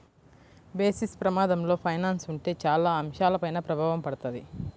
basis ప్రమాదంలో finance ఉంటే చాలా అంశాలపైన ప్రభావం పడతది